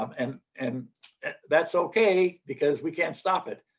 um and and that's okay. because we can't stop it.